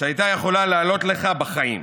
שהייתה יכולה לעלות לך בחיים.